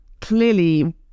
clearly